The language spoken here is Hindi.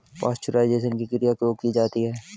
पाश्चुराइजेशन की क्रिया क्यों की जाती है?